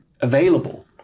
available